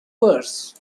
verse